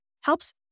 Helps